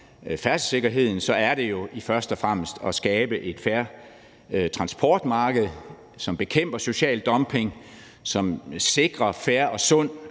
færdselssikkerheden først og fremmest at skabe et fair transportmarked, som bekæmper social dumping, og som sikrer fair og sund